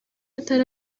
atari